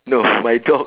no my dog